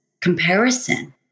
comparison